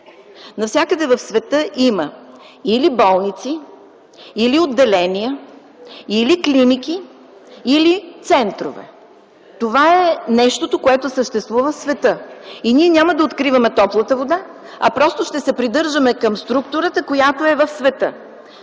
Навсякъде в света има или болници, или отделения, или клиники, или центрове. Това е нещото, което съществува в света. И ние няма да откриваме топлата вода, а просто ще се придържаме към структурата, която е в света.